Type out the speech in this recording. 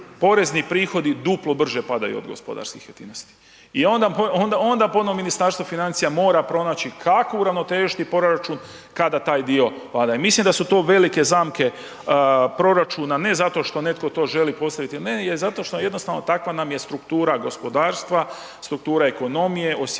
porezni prihodi duplo brže padaju od gospodarskih aktivnosti i onda ponovo Ministarstvo financija mora pronaći kako uravnotežiti proračun kada taj dio pada. I mislim da su to velike zamke proračuna, ne zato što netko to želi postaviti ili ne je zato što jednostavno takva nam je struktura gospodarstva, struktura ekonomije, osjetljivost